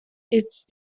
ist